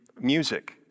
music